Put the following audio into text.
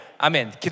Amen